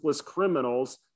criminals